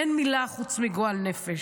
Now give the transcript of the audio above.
אין מילה חוץ מגועל נפש.